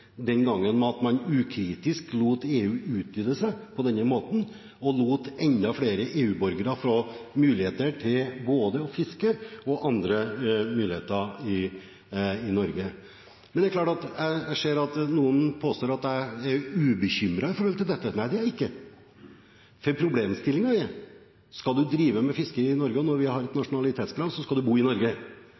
man ukritisk lot EU utvide seg på denne måten og lot enda flere EU-borgere få mulighet til både å fiske og annet i Norge. Jeg ser noen påstår at jeg er ubekymret i forhold til dette. Nei, det er jeg ikke. Problemstillingen er at skal man drive med fiske i Norge, og når vi har et nasjonalitetskrav, skal man bo i Norge,